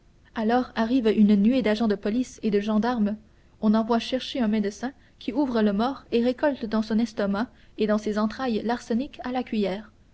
alors arrive une nuée d'agents de police et de gendarmes on envoie chercher un médecin qui ouvre le mort et récolte dans son estomac et dans ses entrailles l'arsenic à la cuiller